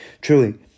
Truly